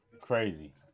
Crazy